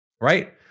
right